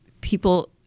people